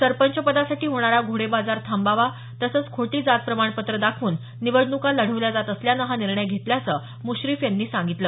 सरपंचपदासाठी होणारा घोडेबाजार थांबावा तसंच खोटी जात प्रमाणपत्र दाखवून निवडणुका लढवल्या जात असल्यानं हा निर्णय घेतल्याचं मुश्रीफ यांनी सांगितलं